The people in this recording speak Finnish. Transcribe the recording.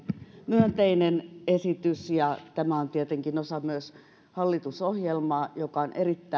myönteinen esitys ja tämä on tietenkin myös osa hallitusohjelmaa joka on erittäin